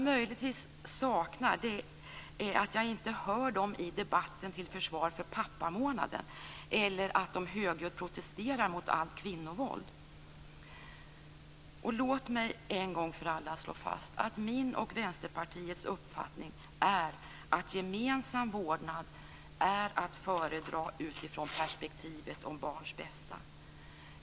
Möjligtvis saknar jag en sak - jag hör dem inte i debatten till försvar för pappamånaden och de protesterar inte högljutt mot allt kvinnovåld. Låt mig en gång för alla slå fast att min och Vänsterpartiets uppfattning är att gemensam vårdnad är att föredra i perspektivet av barns bästa.